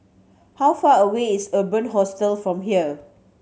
how far away is Urban Hostel from here